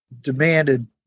demanded